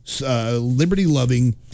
liberty-loving